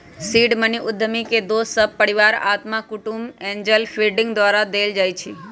seed money उद्यमी के दोस सभ, परिवार, अत्मा कुटूम्ब, एंजल फंडिंग द्वारा देल जाइ छइ